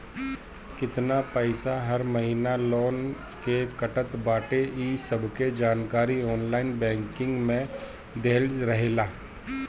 केतना पईसा हर महिना लोन के कटत बाटे इ सबके जानकारी ऑनलाइन बैंकिंग में देहल रहेला